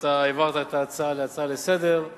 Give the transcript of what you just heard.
על שהעברת את ההצעה להצעה לסדר-היום,